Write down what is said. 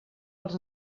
els